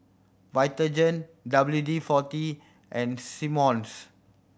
Vitagen W D Forty and Simmons